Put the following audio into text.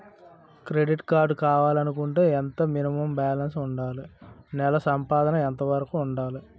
Credit card కావాలి అనుకుంటే ఎంత మినిమం బాలన్స్ వుందాలి? నెల సంపాదన ఎంతవరకు వుండాలి?